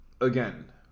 Again